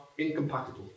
incompatible